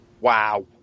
Wow